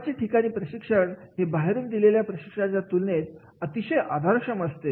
कामाचे ठिकाणीचे प्रशिक्षण हे बाहेरून दिलेल्या प्रशिक्षणाच्या तुलनेत अतिशय आधारक्षम असते